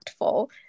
impactful